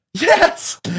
Yes